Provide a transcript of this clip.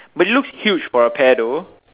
but it looks huge for a pear though